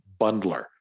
bundler